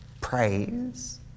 praise